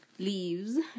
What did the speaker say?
leaves